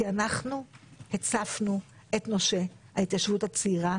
אנחנו הצפנו את אנשי ההתיישבות הצעירה